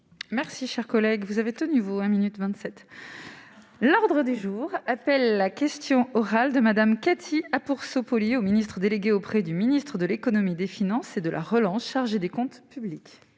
Merci, cher collègue, vous avez tenu vaut 1 minutes 27 l'ordre du jour appelle la question orale de Madame Cathy à pour Sopot liée au Ministre délégué auprès du ministre de l'Économie, des finances et de la Relance chargée des comptes publics.